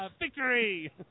Victory